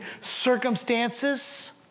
circumstances